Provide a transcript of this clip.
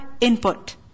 input